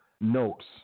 notes